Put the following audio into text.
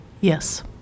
Yes